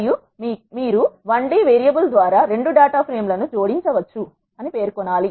మరియు మీరు I d variable ద్వారా రెండు డేటా ఫ్రేమ్ లను జోడించవచ్చు అని పేర్కొనాలి